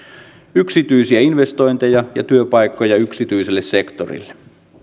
yksityisiä investointeja ja työpaikkoja yksityiselle sektorille